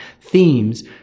themes